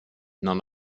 none